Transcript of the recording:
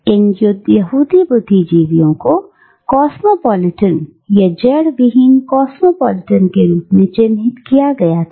और इन यहूदी बुद्धिजीवियों को कॉस्मापॉलिटन या जड़ विहीन कॉस्मापॉलिटन के रूप में चिन्हित किया गया था